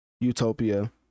utopia